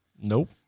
Nope